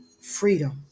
Freedom